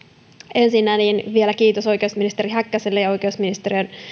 ensinnä vielä kiitos oikeusministeri häkkäselle ja oikeusministeriön